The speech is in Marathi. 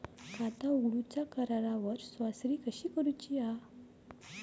खाता उघडूच्या करारावर स्वाक्षरी कशी करूची हा?